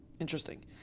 Interesting